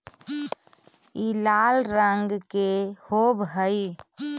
ई लाल रंग के होब हई